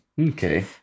Okay